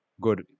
good